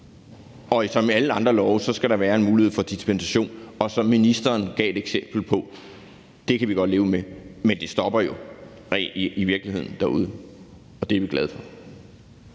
Og som med alle andre love skal der være en mulighed for dispensation, og det, som ministeren gav et eksempel på, kan vi godt leve med. Men det stopper jo i virkeligheden derude, og det er vi glade for.